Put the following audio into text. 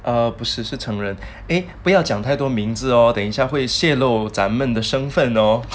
err 不是是成人 eh 不要讲太多名字哦等一下会泄露咱们的身份 lor